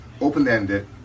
open-ended